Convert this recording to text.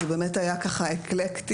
זה באמת היה ככה אקלקטי,